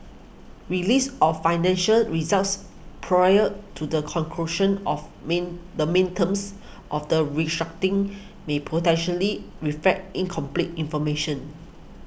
release of financial results prior to the conclusion of main the main terms of the restructuring may potentially reflect incomplete information